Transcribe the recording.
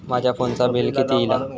माझ्या फोनचा बिल किती इला?